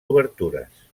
obertures